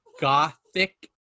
gothic